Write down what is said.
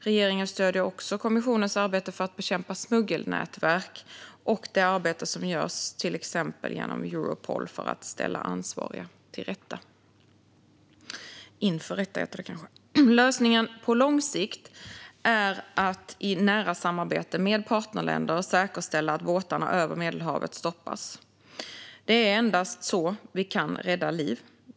Regeringen stöder också kommissionens arbete för att bekämpa smuggelnätverk samt det arbete som görs till exempel genom Europol för att ställa ansvariga inför rätta. Lösningen på lång sikt är att i nära samarbete med partnerländer säkerställa att båtarna över Medelhavet stoppas. Det är endast så vi kan rädda liv.